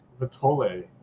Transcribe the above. Vitole